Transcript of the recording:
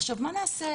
עכשיו, מה נעשה?